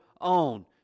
own